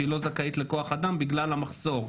שהיא לא זכאית לכוח אדם בגלל המחסור.